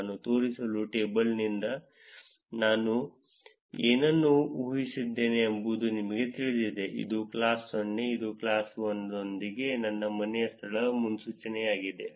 ನಾನು ತೋರಿಸಿದ ಟೇಬಲ್ನಿಂದ ನಾವು ಏನನ್ನು ಊಹಿಸಿದ್ದೇವೆ ಎಂಬುದು ನಿಮಗೆ ತಿಳಿದಿದೆ ಇದು ಕ್ಲಾಸ್ 0 ಅಥವಾ ಕ್ಲಾಸ್ 1 ನೊಂದಿಗೆ ನನ್ನ ಮನೆಯ ಸ್ಥಳದ ಮುನ್ಸೂಚನೆಯಾಗಿದೆ